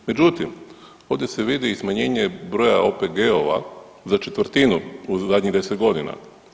Međutim, ovdje se vidi i smanjenje broja OPG-ova za četvrtinu u zadnjih 10 godina.